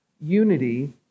unity